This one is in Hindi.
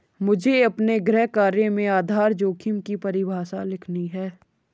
मुझे अपने गृह कार्य में आधार जोखिम की परिभाषा लिखनी है